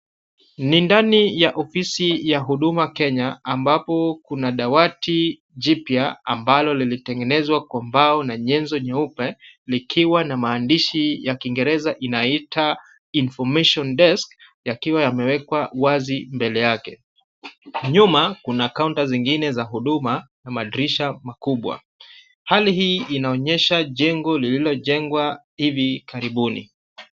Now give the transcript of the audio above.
Ni ndani ya ofisi ya huduma Kenya ambapo kuna dawati jipya ambalo lilitengenezwa kwa mbao na nyenzo nyeupe likiwa na maandishi ya kingereza inaita information desk yakiwa yamewekwa wazi mbele yake. Nyuma kuna kaunta zingine za huduma na madirisha makubwa. Hali hii inaonyesha jengo lililojengwa hivi karibuni.